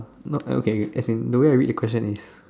no okay okay as in the way I read the question is